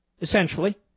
essentially